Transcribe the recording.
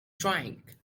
drink